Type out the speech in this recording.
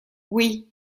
oui